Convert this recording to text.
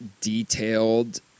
detailed